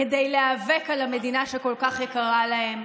כדי להיאבק על המדינה שכל כך יקרה להם,